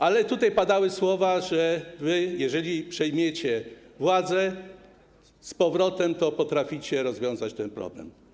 Ale tutaj padały słowa, że wy, jeżeli przejmiecie władzę z powrotem, będziecie potrafili rozwiązać ten problem.